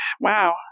wow